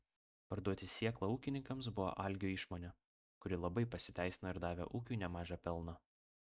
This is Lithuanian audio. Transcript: parduoti sėklą ūkininkams buvo algio išmonė kuri labai pasiteisino ir davė ūkiui nemažą pelną